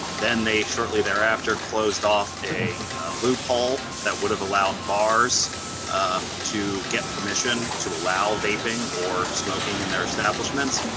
then they, shortly thereafter, closed off a loophole that would've allowed bars to get permission to allow vaping or smoking in their establishments.